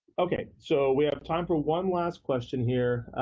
okay so we have time for one last question here.